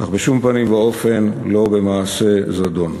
אך בשום פנים ואופן לא במעשה זדון.